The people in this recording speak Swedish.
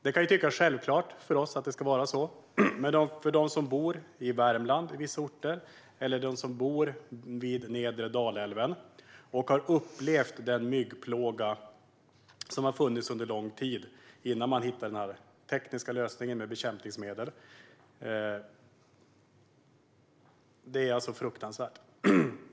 Det kan tyckas självklart för oss att det ska vara så. Men för dem som bor i vissa orter i Värmland eller för dem som bor vid nedre Dalälven och har upplevt den myggplåga som har funnits under lång tid, innan man hittade denna tekniska lösning med bekämpningsmedel, är det fruktansvärt.